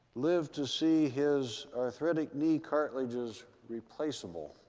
live to see his arthritic knee cartilages replaceable?